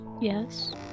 Yes